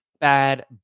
bad